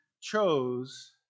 chose